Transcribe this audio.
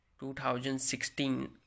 2016